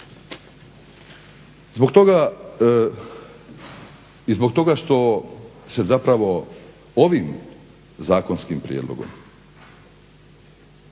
zbog toga što se zapravo ovim zakonskim prijedlogom,